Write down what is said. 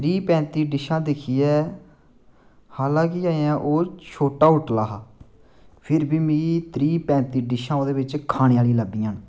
त्री पैंती डिशां दिक्खियै हालांकि अजें ओह् छोटा होटल हा फिर बी मिगी त्री पैंती डिशां ओह्दे बिच्च खाने आह्ली लभियां